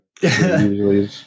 Usually